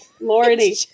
lordy